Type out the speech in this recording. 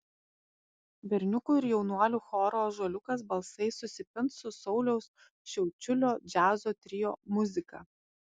berniukų ir jaunuolių choro ąžuoliukas balsai susipins su sauliaus šiaučiulio džiazo trio muzika